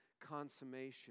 consummation